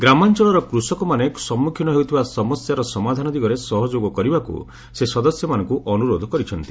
ଗ୍ରାମାଞ୍ଚଳର କୃଷକମାନେ ସମ୍ମୁଖୀନ ହେଉଥିବା ସମସ୍ୟାର ସମାଧାନ ଦିଗରେ ସହଯୋଗ କରିବାକୃ ସେ ସଦସ୍ୟମାନଙ୍କୁ ଅନ୍ଦରୋଧ କରିଛନ୍ତି